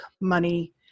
money